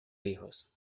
hijos